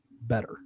better